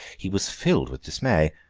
he was filled with dismay.